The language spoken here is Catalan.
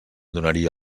donaria